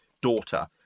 daughter